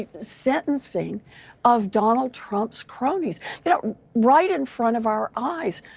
sentencing of donald trump's cronies yeah right in front of our eyes.